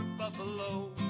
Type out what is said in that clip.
Buffalo